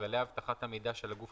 וכללי אבטחת המידע של הגוף